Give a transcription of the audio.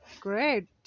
Great